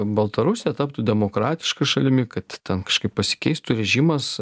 baltarusija taptų demokratiška šalimi kad ten kažkaip pasikeistų režimas